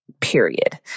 period